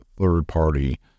third-party